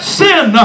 sin